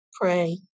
pray